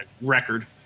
record